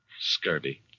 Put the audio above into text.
Scurvy